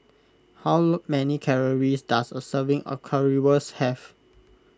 how many calories does a serving of Currywurst have